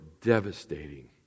devastating